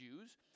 Jews